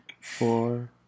four